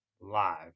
live